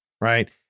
Right